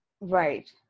Right